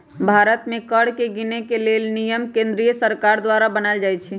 भारत में कर के गिनेके लेल नियम केंद्रीय सरकार द्वारा बनाएल जाइ छइ